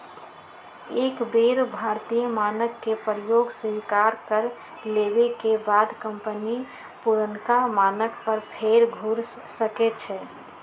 एक बेर भारतीय मानक के प्रयोग स्वीकार कर लेबेके बाद कंपनी पुरनका मानक पर फेर घुर सकै छै